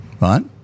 right